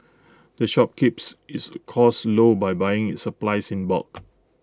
the shop keeps its costs low by buying its supplies in bulk